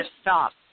stop